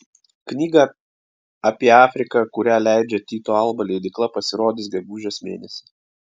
knyga apie afriką kurią leidžia tyto alba leidykla pasirodys gegužės mėnesį